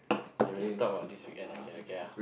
okay we'll talk about this weekend okay okay ah